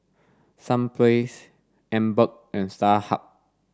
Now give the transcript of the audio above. sunplays Emborg and Starhub